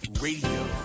Radio